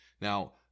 Now